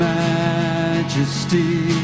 majesty